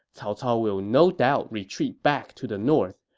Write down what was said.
cao cao will no doubt retreat back to the north,